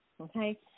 okay